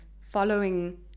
following